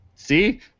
See